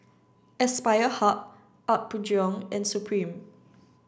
Aspire Hub Apgujeong and Supreme